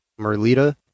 Merlita